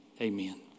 Amen